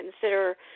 consider